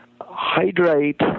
hydrate